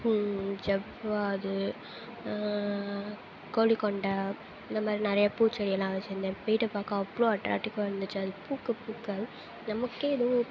ஜவ்வாது கோழி கொண்டை இந்த மாதிரி நிறையா பூச்செடியலாம் வெச்சுருந்தேன் வீட்டை பார்க்க அவ்வளோ அட்ராக்ட்டிக்கா இருந்துச்சு அது பூக்க பூக்க நமக்கே ஏதோ